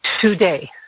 today